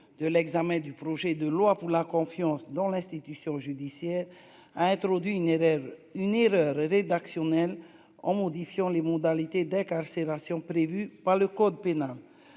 de l'examen du projet de loi pour la confiance dans l'institution judiciaire a introduit une élève ni rédactionnelle en modifiant les modalités d'incarcération prévue par le code pénal,